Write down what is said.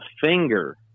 finger